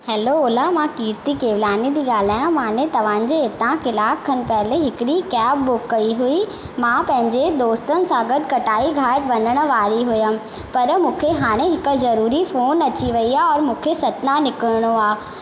hello Ola मां किर्ती केवलानी थी ॻाल्हायां मां तव्हांजे हितां कलाक खनि पहिले हिकिड़ी कैब बुक कई हुई मां पंहिंजे दोस्तनि सां गॾु कटाई घाट वञणु वारी हुअमि पर मूंखे हाणे हिकु ज़रूरी फोन अची वई आहे और मूंखे सतना निकिरणो आहे